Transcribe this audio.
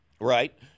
Right